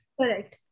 Correct